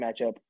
matchup